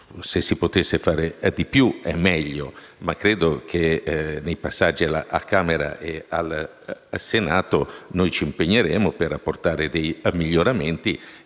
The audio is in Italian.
se si potesse fare di più, sarebbe meglio, e credo che nei passaggi tra la Camera e il Senato ci impegneremo per apportare dei miglioramenti